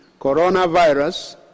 coronavirus